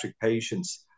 patients